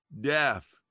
deaf